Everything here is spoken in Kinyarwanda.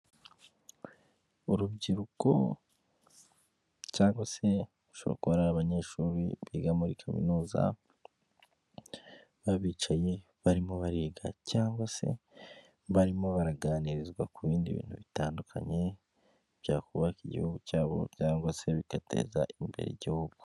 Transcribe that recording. Abantu bari kukazu mu inzu igurisha amayinite, abayobozi noneho bagiye nko kubikuza cyangwa kubitsa cyangwa kugura ikarita yo guha....